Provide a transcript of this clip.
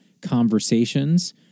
conversations